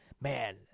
Man